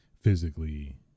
physically